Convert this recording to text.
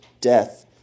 death